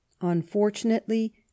Unfortunately